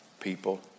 people